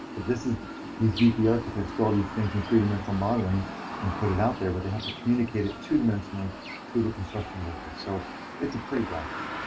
but this is these geeky architects for all these things in three dimensional modeling and put it out there, but they have to communicate it two dimensionally to the construction workers. so it's a pretty graphic.